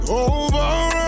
over